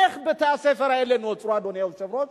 איך בתי-הספר האלה נוצרו, אדוני היושב-ראש?